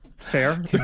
fair